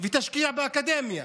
ותשקיע באקדמיה